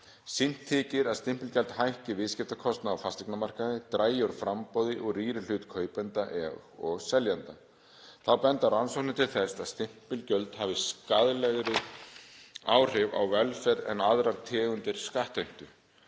Sýnt þykir að stimpilgjald hækki viðskiptakostnað á fasteignamarkaði, dragi úr framboði og rýri hlut kaupenda og seljenda. Þá benda rannsóknir til þess að stimpilgjald hafi skaðlegri áhrif á velferð en aðrar tegundir skattheimtu.